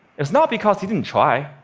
it's not because he didn't try.